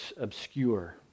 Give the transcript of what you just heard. obscure